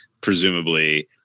presumably